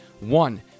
One